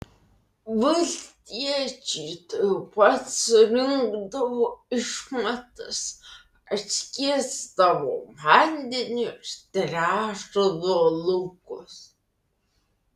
valstiečiai tuojau pat surinkdavo išmatas atskiesdavo vandeniu ir tręšdavo laukus